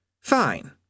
Fine